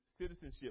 citizenship